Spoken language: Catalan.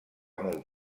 molt